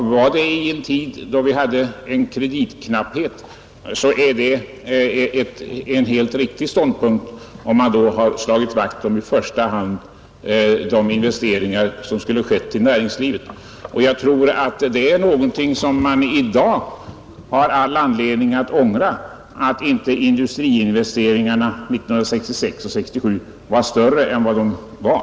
Gällde det en tid när vi hade kreditknapphet, var det en helt riktig ståndpunkt, om man då i första hand slagit vakt om investeringarna till näringslivet. Jag tror att man i dag har all anledning ångra att inte industriinvesteringarna under 1966 och 1967 var större än de var.